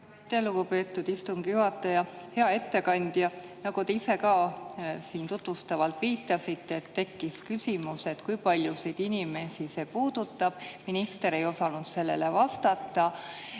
lugupeetud istungi juhataja! Hea ettekandja! Nagu te ise ka siin tutvustuses viitasite, tekkis küsimus, kui paljusid inimesi see puudutab. Minister ei osanud sellele vastata.